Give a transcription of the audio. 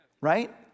Right